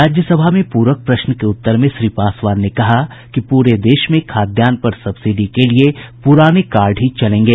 राज्यसभा में पूरक प्रश्न के उत्तर में श्री पासवान ने कहा कि पूरे देश में खाद्यान्न पर सब्सिडी के लिए पुराने कार्ड ही चलेंगे